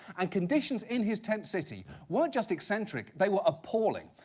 and conditions in his tent city weren't just eccentric, they were appalling.